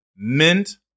Mint